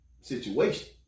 situation